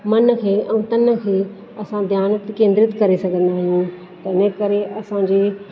मन खे ऐं तन खे असां ध्यानु केंद्रित करे सघंदा आहियूं त हिन करे असांजी